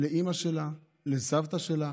לאימא שלה, לסבתא שלה,